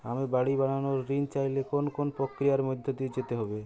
আমি বাড়ি বানানোর ঋণ চাইলে কোন কোন প্রক্রিয়ার মধ্যে দিয়ে যেতে হবে?